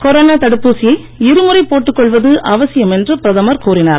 corona தடுப்பூசியை இருமுறை போட்டுக்கொள்வது அவசியம் என்று பிரதமர் கூறினார்